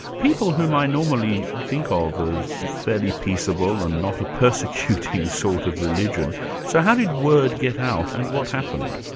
people whom i normally think ah of as fairly peaceable and not a persecuting sort of religion. so how did word get out and what happened?